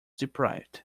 deprived